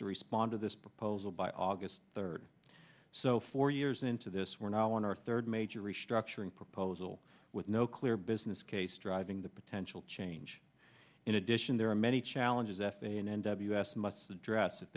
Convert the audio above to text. to respond to this proposal by august third so four years into this we're now on our third major restructuring proposal with no clear business case driving the potential change in addition there are many challenges f a a and n w s must address if